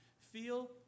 feel